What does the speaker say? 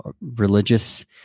religious